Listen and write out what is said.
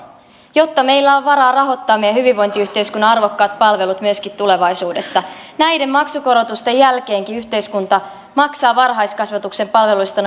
jotta meillä on varaa rahoittaa meidän hyvinvointiyhteiskunnan arvokkaat palvelut myöskin tulevaisuudessa näiden maksukorotusten jälkeenkin yhteiskunta maksaa varhaiskasvatuksen palveluista